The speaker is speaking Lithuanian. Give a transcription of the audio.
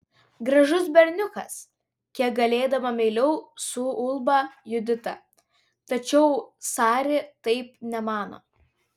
gražus berniukas kiek galėdama meiliau suulba judita tačiau sari taip nemano